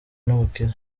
n’ubukire